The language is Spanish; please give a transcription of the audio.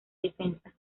defensa